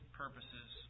purposes